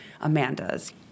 Amanda's